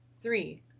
Three